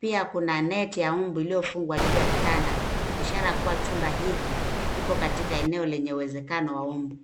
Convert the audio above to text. Pia kuna neti ya mbu iliyofungwa juu ya kitanda ishara kuwa chumba hiki kipo katika eneo lenye uwezekano wa mbu.